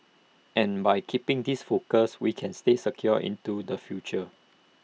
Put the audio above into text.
and by keeping this focus we can stay secure into the future